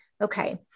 Okay